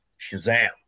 Shazam